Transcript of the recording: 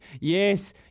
yes